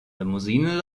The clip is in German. limousine